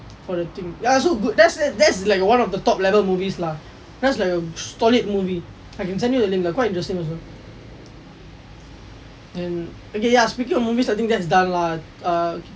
for the thing ya so good that's it that's like one of the top level movies lah that's like a solid movie I can send you the link lah quite interesting also and okay ya speaking of movies I think that's done lah err